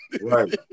Right